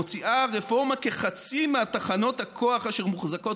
מוציאה הרפורמה כחצי מתחנות הכוח אשר מוחזקות